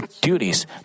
duties